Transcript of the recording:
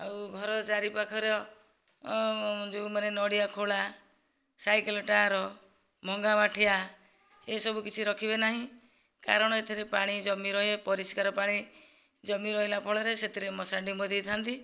ଆଉ ଘର ଚାରିପାଖର ଯେଉଁ ମାନେ ନଡ଼ିଆ ଖୋଳା ସାଇକେଲ ଟାୟାର ଭଙ୍ଗା ମାଠିଆ ଏ ସବୁ କିଛି ରଖିବେ ନାହିଁ କାରଣ ଏଥିରେ ପାଣି ଜମି ରହେ ପରିସ୍କାର ପାଣି ଜମି ରହିଲା ଫଳରେ ସେଥିରେ ମଶା ଡିମ୍ବ ଦେଇଥାନ୍ତି